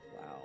Wow